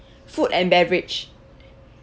food and beverage